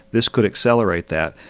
this could accelerate that.